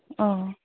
ᱚ